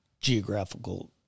Geographical